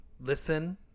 listen